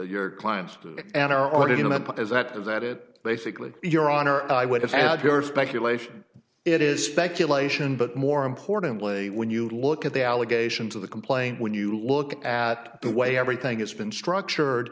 your client and are or didn't but as that is that it basically your honor i would have had your speculation it is speculation but more importantly when you look at the allegations of the complaint when you look at the way everything it's been structured